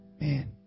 Man